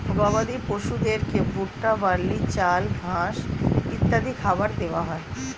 গবাদি পশুদেরকে ভুট্টা, বার্লি, চাল, ঘাস ইত্যাদি খাবার দেওয়া হয়